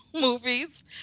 movies